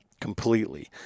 completely